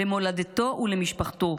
למולדתו ולמשפחתו.